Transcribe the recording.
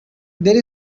there